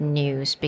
news